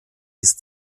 ist